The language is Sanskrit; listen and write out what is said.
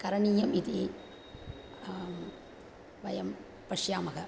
करणीयम् इति वयं पश्यामः